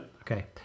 Okay